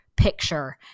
picture